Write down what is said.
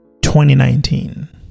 2019